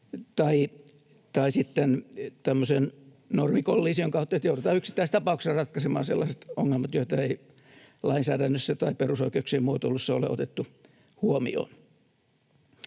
normikollision kautta, niin että joudutaan yksittäistapauksissa ratkaisemaan sellaiset ongelmat, joita ei lainsäädännössä tai perusoikeuksien muotoilussa ole otettu huomioon.